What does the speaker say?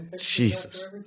Jesus